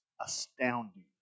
astounding